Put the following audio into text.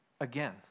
again